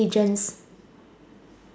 agents